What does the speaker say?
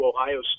Ohio